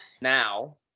now